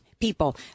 People